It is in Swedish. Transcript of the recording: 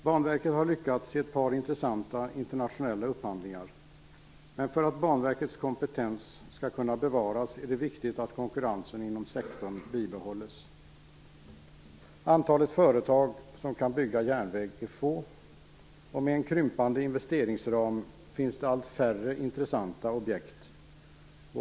Banverket har lyckats i ett par intressanta internationella upphandlingar, men för att Banverkets kompetens skall kunna bevaras är det viktigt att konkurrensen inom sektorn bibehålls. Antalet företag som kan bygga järnväg är få. Med en krympande investeringsram finns allt färre intressanta objekt.